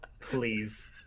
please